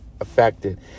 affected